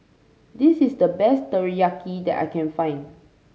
this is the best teriyaki that I can find